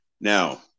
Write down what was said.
Now